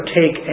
take